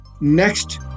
next